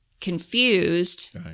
confused